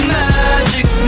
magic